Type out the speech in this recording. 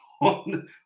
on